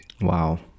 Wow